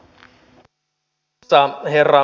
arvoisa herra puhemies